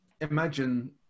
imagine